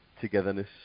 togetherness